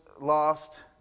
lost